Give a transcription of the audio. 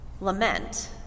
Lament